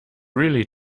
really